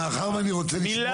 מאחר ואני רוצה לשמוע,